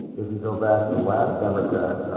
if you go back to the last democrat,